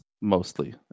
mostly